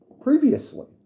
previously